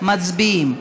מצביעים.